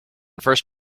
first